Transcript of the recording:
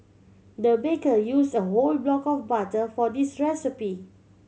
the baker use a whole block of butter for this recipe